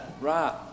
Right